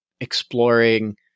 exploring